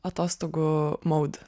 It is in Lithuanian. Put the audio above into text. atostogų maud